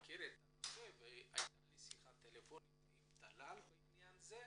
מכיר את הנושא והייתה לי שיחה טלפונית עם טלל בעניין הזה.